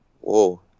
Whoa